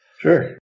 Sure